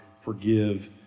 forgive